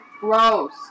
Gross